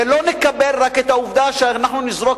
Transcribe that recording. ולא נקבל רק את העובדה שאנחנו נזרוק